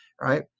right